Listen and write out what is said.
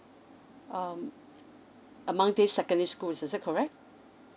um among these secondary school is is it correct